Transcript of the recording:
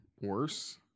Worse